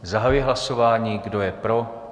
Zahajuji hlasování, kdo je pro?